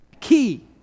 key